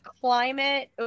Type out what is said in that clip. climate